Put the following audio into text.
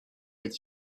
eat